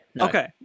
Okay